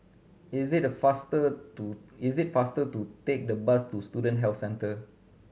is it the faster to is it faster to take the bus to Student Health Centre